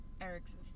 Eric's